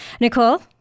Nicole